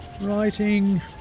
Writing